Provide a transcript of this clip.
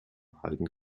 halten